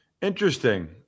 Interesting